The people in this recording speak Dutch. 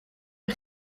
een